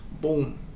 boom